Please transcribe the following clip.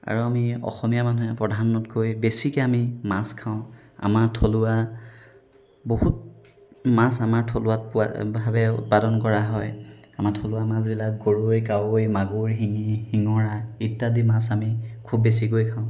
আৰু আমি অসমীয়া মানুহে প্ৰধানকৈ বেছিকৈ আমি মাছ খাওঁ আমাৰ থলুৱা বহুত মাছ আমাৰ থলুৱাত পোৱা ভাৱে উৎপাদন কৰা হয় আমাৰ থলুৱা মাছবিলাক গৰৈ কাৱৈ মাগুৰ শিঙি শিঙৰা ইত্যাদি মাছ আমি খুব বেছিকৈ খাওঁ